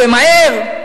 ומהר,